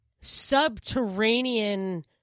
subterranean